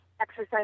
exercise